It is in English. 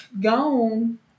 gone